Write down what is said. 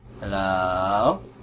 Hello